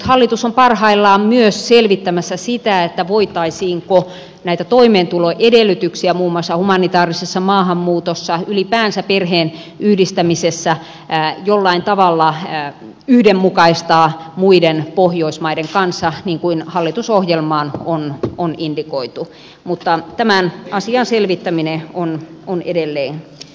hallitus on parhaillaan myös selvittämässä sitä voitaisiinko toimeentuloedellytyksiä muun muassa humanitaarisessa maahanmuutossa ylipäänsä perheenyhdistämisessä jollain tavalla yhdenmukaistaa muiden pohjoismaiden kanssa niin kuin hallitusohjelmaan on indikoitu mutta tämän asian selvittäminen on edelleen kesken